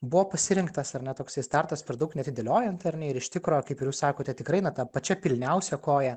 buvo pasirinktas ar ne toksai startas per daug neatidėliojant ar ne ir iš tikro kaip ir jūs sakote tikrai na ta pačia pilniausia koja